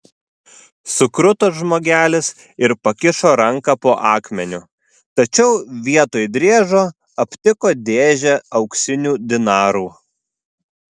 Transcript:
sukruto žmogelis ir pakišo ranką po akmeniu tačiau vietoj driežo aptiko dėžę auksinių dinarų